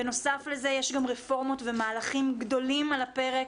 בנוסף לזה יש גם רפורמות ומהלכים גדולים על הפרק,